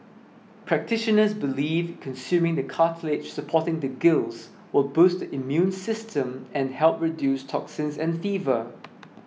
practitioners believe consuming the cartilage supporting the gills will boost the immune system and help reduce toxins and fever